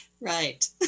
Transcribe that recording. Right